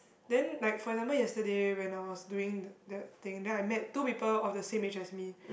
then like for example yesterday when I was doing that thing then I met two people of the same age as me